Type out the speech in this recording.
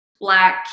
black